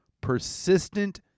persistent